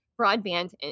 broadband